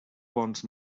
bons